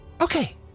Okay